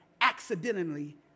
accidentally